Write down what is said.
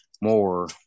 more